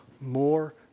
more